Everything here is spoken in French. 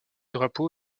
drapeau